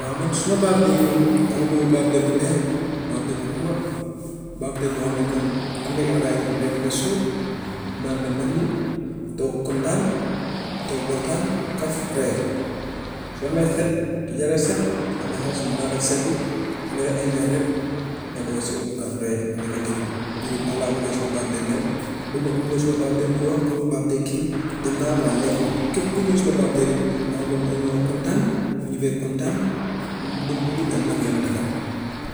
Waaw man suma birthday moom dama bugg birthday bu neex birthday bu xumba birthday boo xam ne comme ku nekka dafay ñëw lekk ba suur naan ba mandi toog kontaan toog waxtaan kaf ree. Su amee set su jaree set su ma amee xaalis mun naa def set bi ku nekk enjoy rek lekk ba suur ñu kaf ree ñu lekka dibi ñibi. Noonu laa bëggee suma birthday mel, bugguma ku ñëw suma birthday mu wax comme birthday kii dem naa waaye lekku ma, képp ku ñëw suma birthday rek dama bëgg mu ñëw ak kontaan mu ñibbee ak kontaan lu mu buggu yal na ko ko yàlla defal.